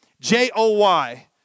J-O-Y